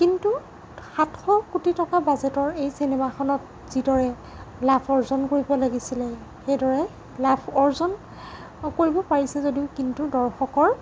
কিন্তু সাতশ কোটি টকা বাজেটৰ এই চিনেমাখনত যিদৰে লাভ অৰ্জন কৰিব লাগিছিলে সেইদৰে লাভ অৰ্জন কৰিব পাৰিছে যদিও কিন্তু দৰ্শকৰ